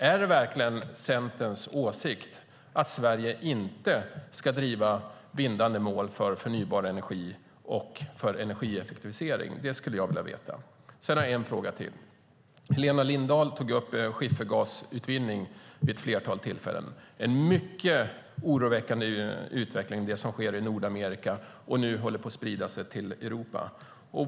Är det verkligen Centerns åsikt att Sverige inte ska driva bindande mål för förnybar energi och för energieffektivisering? Det skulle jag vilja veta. Sedan har jag en fråga till. Helena Lindahl tog upp skiffergasutvinning vid ett flertal tillfällen. Det är en mycket oroande utveckling som sker i Nordamerika, och nu håller den på att sprida sig till Europa.